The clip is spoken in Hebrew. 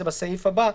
זה בסעיף הבא.